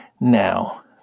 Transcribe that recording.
Now